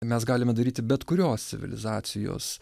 mes galime daryti bet kurios civilizacijos